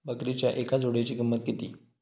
बकरीच्या एका जोडयेची किंमत किती?